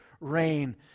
rain